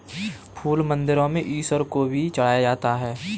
फूल मंदिरों में ईश्वर को भी चढ़ाया जाता है